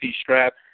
strap